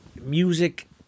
music